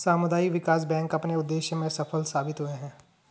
सामुदायिक विकास बैंक अपने उद्देश्य में सफल साबित हुए हैं